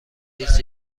نیز